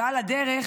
ועל הדרך,